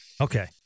Okay